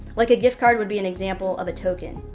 like a gift card would be an example of a token.